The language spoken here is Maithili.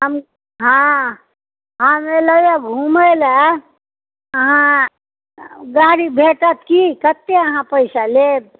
हम हँ हम एलहुँ हँ घुमए लऽ हँ गाड़ी भेटत कि कते अहाँ पैसा लेब